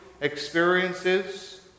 experiences